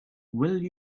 will